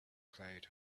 cloud